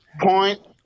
point